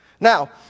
Now